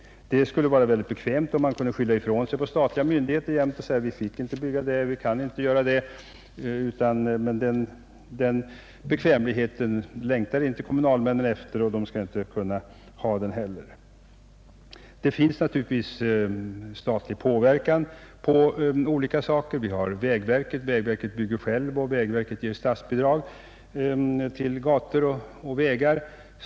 Det skulle vara lättvindigt om man alltid kunde skjuta ifrån sig ansvaret på statliga myndigheter och säga: »Vi fick inte bygga det och det, eller vi kunde inte göra det och det.» En sådan bekväm position längtar inte kommunalmännen efter och de bör inte heller ha den. Det utövas naturligtvis en statlig påverkan i olika avseenden. Vägverket bygger självt och vägverket ger statsbidrag till gator och vägar.